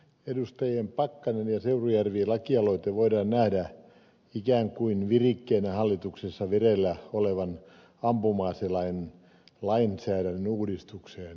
edustajien pakkanen ja seurujärvi lakialoite voidaan nähdä ikään kuin virikkeenä hallituksessa vireillä olevan ampuma aselainsäädännön uudistukseen